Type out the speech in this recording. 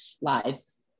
lives